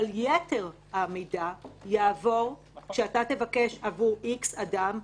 יתר המידע יעבור כמו שהוא עובר לכלל הגופים.